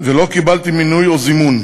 ולא קיבלתי מינוי או זימון.